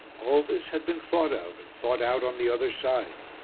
all this had been thought of and thought out on the other side.